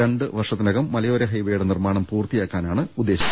രണ്ട് വർഷത്തിനകം മലയോര ഹൈവേയുടെ നിർമാണം പൂർത്തിയാക്കാനാണ് ഉദ്ദേശിക്കുന്നത്